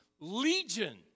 legion